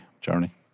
journey